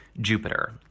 Jupiter